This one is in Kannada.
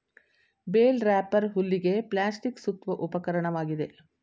ಬೇಲ್ ರಾಪರ್ ಹುಲ್ಲಿಗೆ ಪ್ಲಾಸ್ಟಿಕ್ ಸುತ್ತುವ ಉಪಕರಣವಾಗಿದೆ